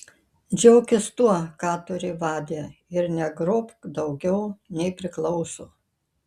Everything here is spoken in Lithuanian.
džiaukis tuo ką turi vade ir negrobk daugiau nei priklauso